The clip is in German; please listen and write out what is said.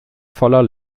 voller